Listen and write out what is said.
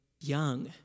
young